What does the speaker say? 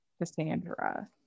Cassandra